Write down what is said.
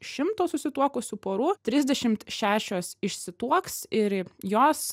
šimto susituokusių porų trisdešimt šešios išsituoks ir jos